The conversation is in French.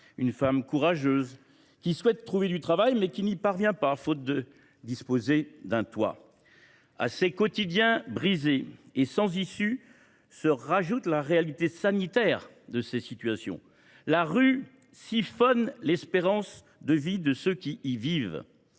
une femme courageuse, qui souhaite trouver du travail, mais n’y parvient pas faute de disposer d’un toit. À ces quotidiens brisés et sans issue s’ajoute la réalité sanitaire de ces situations. La rue siphonne l’espérance de vie de ceux qui y vivent